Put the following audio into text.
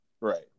Right